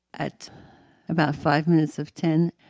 at about five minutes of ten